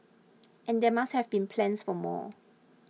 and there must have been plans for more